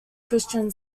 christian